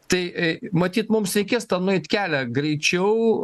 tai a matyt mums reikės tą nueitą kelią greičiau